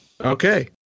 Okay